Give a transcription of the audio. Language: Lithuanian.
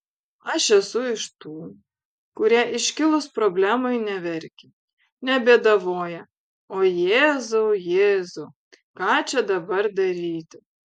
aš esu iš tų kurie iškilus problemai neverkia nebėdavoja o jėzau jėzau ką čia dabar daryti